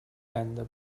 and